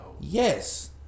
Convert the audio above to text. Yes